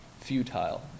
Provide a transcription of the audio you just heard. futile